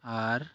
ᱟᱨ